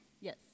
Yes